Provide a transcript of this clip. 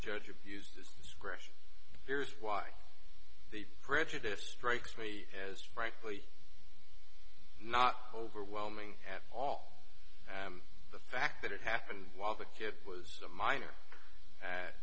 judge abused his discretion here's why the prejudice strikes me as frankly not overwhelming at all and the fact that it happened while the kid was a minor a